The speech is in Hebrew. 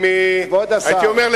הייתי אומר,